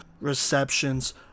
receptions